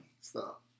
Stop